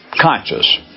conscious